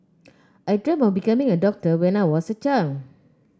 I dreamt of becoming a doctor when I was a child